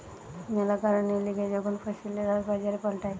ম্যালা কারণের লিগে যখন ফসলের হার বাজারে পাল্টায়